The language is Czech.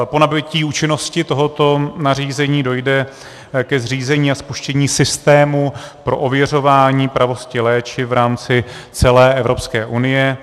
Po nabytí účinnosti tohoto nařízení dojde ke zřízení a spuštění systému pro ověřování pravosti léčiv v rámci celé Evropské unie.